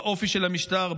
באופי של המשטר,